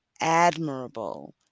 admirable